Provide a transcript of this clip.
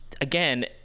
again